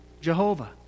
Jehovah